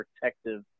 protective